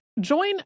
Join